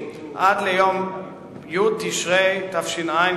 עד ליום י' בתשרי תש"ע,